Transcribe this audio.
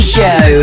Show